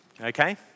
Okay